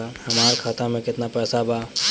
हमार खाता में केतना पैसा बा?